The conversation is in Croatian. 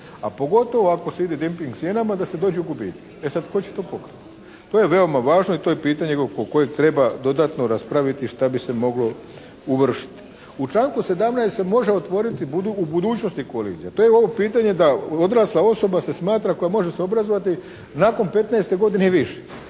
a pogotovo ako se "dimping" cijenama da se dođe u gubitke. E sad, tko će to pokriti? To je veoma važno i to je pitanje oko kojeg treba dodatno raspraviti šta bi se moglo uvršiti. U članku 17. se može otvoriti u budućnosti kolizija. To je ovo pitanje da odrasla osoba se smatra koja može se obrazovati nakon 15. godine i više.